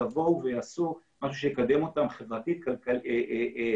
יבואו ויעשו משהו שיקדם אותם חברתית מקצועית.